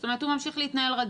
זאת אומרת הוא ממשיך להתנהל רגיל.